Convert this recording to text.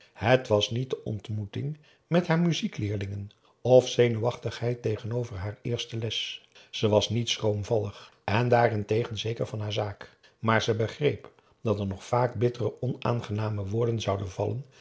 het was niet de ontmoeting met haar muziekleerlingen of zenuwachtigheid tegenover haar eerste les ze was niet schroomvallig en daarentegen zeker van haar zaak maar ze begreep dat er nog vaak bittere onaangename woorden zouden vallen